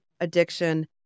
addiction